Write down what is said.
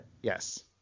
Yes